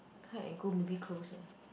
Hyde and Co maybe closed leh